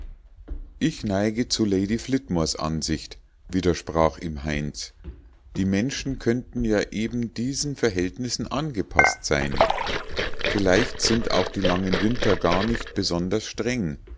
ich neige zu lady flitmores ansicht widersprach ihm heinz die menschen könnten ja eben diesen verhältnissen angepaßt sein vielleicht sind auch die langen winter gar nicht besonders streng